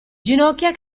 ginocchia